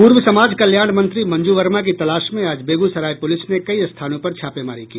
पूर्व समाज कल्याण मंत्री मंजू वर्मा की तलाश में आज बेगूसराय पूलिस ने कई स्थानों पर छापेमारी की